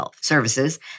services